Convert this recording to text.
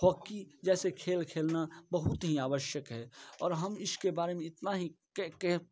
hockey जैसे खेल खेलना बहुत ही आवश्यक है और हम इसके बारे में इतना ही कह